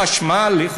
חשמל?